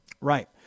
Right